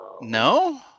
No